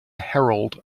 herald